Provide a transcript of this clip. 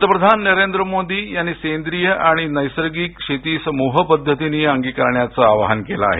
पंतप्रधान नरेंद्र मोदी यांनी सेंद्रीय आणि नैसर्गिक शेती समूह पद्धतीनं अंगिकारण्याचं आवाहन केलं आहे